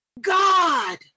God